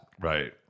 Right